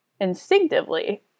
instinctively